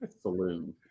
saloon